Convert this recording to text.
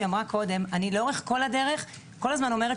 אני לאורך כל הדרך וכל הזמן אומרת